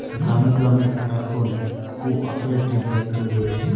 গ্রামে গ্রামে এখন কোঅপ্যারেটিভ ব্যাঙ্ক তৈরী হচ্ছে